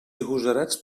agosarats